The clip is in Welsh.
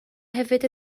hefyd